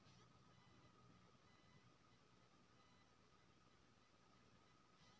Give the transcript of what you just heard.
Credit card के आवेदन करबैक के लेल कम से कम वार्षिक कमाई कत्ते होबाक चाही?